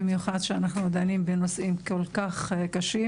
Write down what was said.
במיוחד שאנחנו דנים בנושאים כל כך קשים